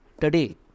today